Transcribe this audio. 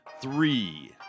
three